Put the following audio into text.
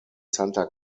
santa